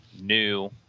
new